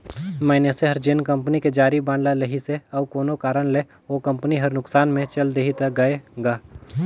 मइनसे हर जेन कंपनी के जारी बांड ल लेहिसे अउ कोनो कारन ले ओ कंपनी हर नुकसान मे चल देहि त गय गा